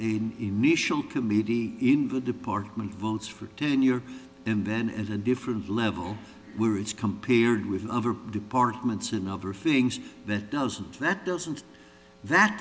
committee in the department votes for ten years and then at a different level where it's compared with other departments in other things that doesn't that doesn't that